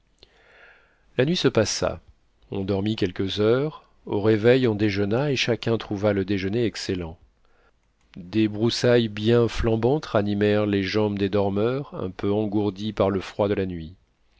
la nuit se passa on dormit quelques heures au réveil on déjeuna et chacun trouva le déjeuner excellent des broussailles bien flambantes ranimèrent les jambes des dormeurs un peu engourdis par le froid de la nuit